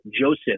Joseph